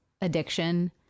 addiction